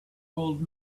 old